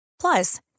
Plus